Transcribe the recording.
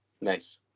Nice